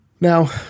Now